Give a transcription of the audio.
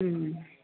ഉം